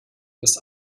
das